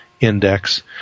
index